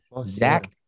Zach